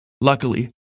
Luckily